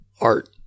art